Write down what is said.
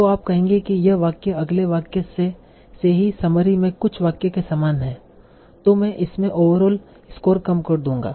तो आप कहेंगे कि यह वाक्य अगर पहले से ही समरी में कुछ वाक्य के समान है तो मैं इसमें ओवरआल स्कोर कम कर दूंगा है